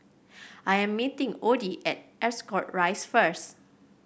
I am meeting Oddie at Ascot Rise first